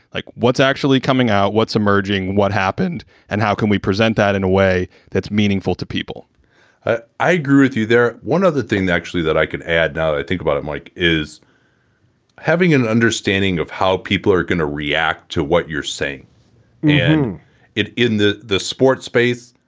like, what's actually coming out, what's emerging, what happened and how can we present that in a way that's meaningful to people ah i agree with you there. one other thing that actually that i can add, i think about it. mike is having an understanding of how people are going to react to what you're saying in it in the the sports space.